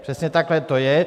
Přesně takhle to je.